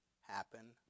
happen